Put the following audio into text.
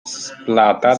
splata